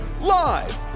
live